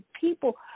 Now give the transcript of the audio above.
people